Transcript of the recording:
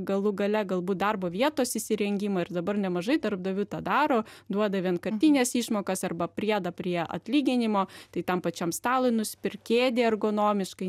galų gale galbūt darbo vietos įsirengimą ir dabar nemažai darbdavių tą daro duoda vienkartines išmokas arba priedą prie atlyginimo tai tam pačiam stalui nusipirkt kėdei ergonomiškai